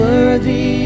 Worthy